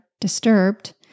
disturbed